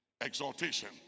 Exaltation